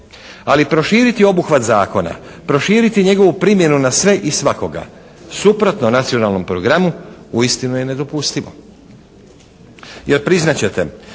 Ali proširiti obuhvat zakona, proširiti njegovu primjenu na sve i svakoga suprotno nacionalnom programu uistinu je nedopustivo.